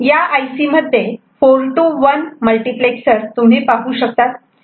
या IC मध्ये 4 to 1 multiplexer तुम्ही पाहू शकतात